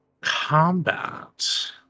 combat